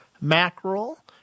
mackerel